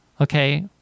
Okay